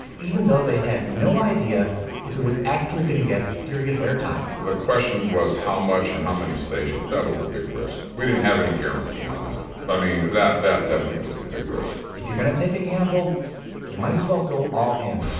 even though they had no idea if it was actually going to get serious airtime the question was how much and how many stations? that was a big risk. we didn't have any guarantee on that um money. that that definitely was a big risk if you're gonna take a gamble you might as well go all in.